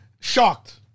Shocked